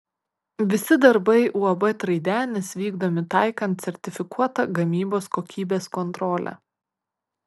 visi darbai uab traidenis vykdomi taikant sertifikuotą gamybos kokybės kontrolę